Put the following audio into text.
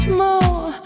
more